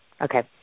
Okay